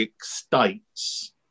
states